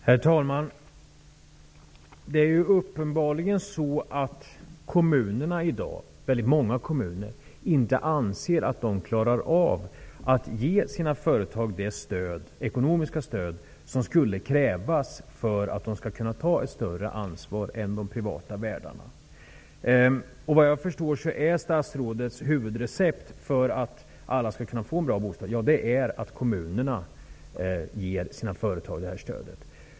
Herr talman! Uppenbarligen anser väldigt många kommuner i dag att de inte klarar av att ge sina företag det ekonomiska stöd som krävs för att de skall kunna ta ett större ansvar än de privata värdarna. Såvitt jag förstår är statsrådets huvudrecept för att alla skall kunna få en bra bostad att kommunerna ger sina företag detta stöd.